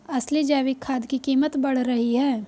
असली जैविक खाद की कीमत बढ़ रही है